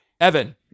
Evan